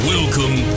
Welcome